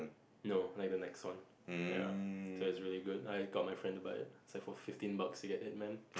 no like the next one ya so it's really good I got my friend to buy it save for fifteen bucks to get it man